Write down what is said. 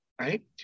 right